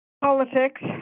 politics